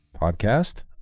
podcast